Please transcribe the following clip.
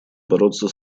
бороться